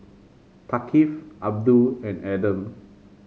Thaqif Abdul and Adam